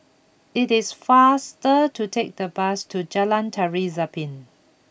it is faster to take the bus to Jalan Tari Zapin